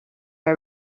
are